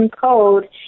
code